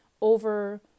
over